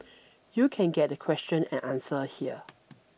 you can get the question and answer here